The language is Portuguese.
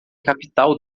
capital